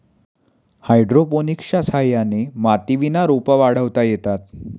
हायड्रोपोनिक्सच्या सहाय्याने मातीविना रोपं वाढवता येतात